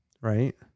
Right